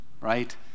right